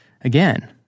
again